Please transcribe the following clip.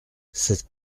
cette